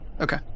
Okay